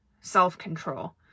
self-control